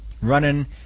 Running